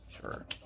Sure